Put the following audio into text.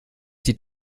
die